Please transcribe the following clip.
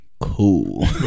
Cool